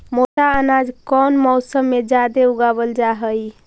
मोटा अनाज कौन मौसम में जादे उगावल जा हई?